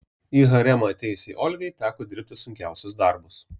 į haremą atėjusiai olgai teko dirbti sunkiausius darbus